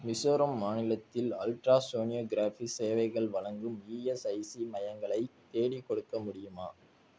மிசோரம் மாநிலத்தில் அல்ட்ராசோனியோகிராஃபி சேவைகள் வழங்கும் இஎஸ்ஐசி மையங்களை தேடிக்கொடுக்க முடியுமா